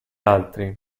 altri